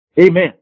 Amen